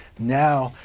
now,